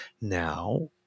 Now